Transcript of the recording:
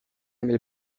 emil